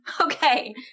Okay